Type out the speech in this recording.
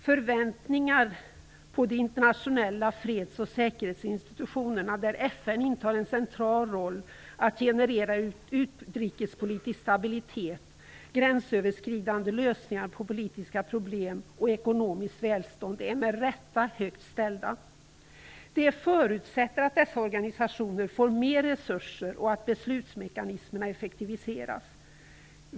Förväntningar på det internationella freds och säkerhetsinstitutionerna, där FN intar en central roll, att generera utrikespolitisk stabilitet, gränsöverskridande lösningar på politiska problem och ekonomiskt välstånd är med rätta högt ställda. Det förutsätter att dessa organisationer får mer resurser och att beslutsmekanismerna effektiviseras.